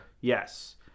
Yes